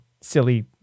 silly